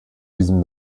diesem